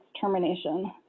termination